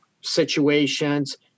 situations